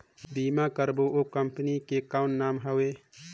बीमा करबो ओ कंपनी के कौन नाम हवे?